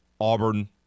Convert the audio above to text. Auburn